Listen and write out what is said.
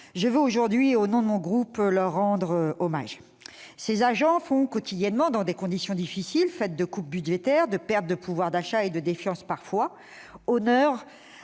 je veux, au nom de mon groupe, leur rendre hommage. Quotidiennement, dans des conditions difficiles faites de coupes budgétaires, de perte du pouvoir d'achat et de défiance parfois, ces